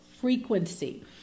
frequency